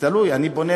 זה תלוי.